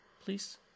Please